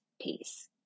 peace